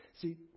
See